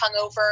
hungover